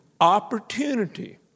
opportunity